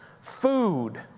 food